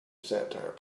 satire